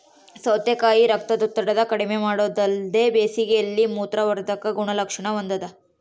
ಸೌತೆಕಾಯಿ ರಕ್ತದೊತ್ತಡ ಕಡಿಮೆಮಾಡೊದಲ್ದೆ ಬೇಸಿಗೆಯಲ್ಲಿ ಮೂತ್ರವರ್ಧಕ ಗುಣಲಕ್ಷಣ ಹೊಂದಾದ